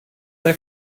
they